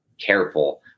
careful